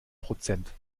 prozent